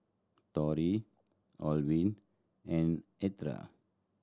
Rroy Orvin and Eartha